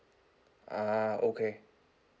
ah okay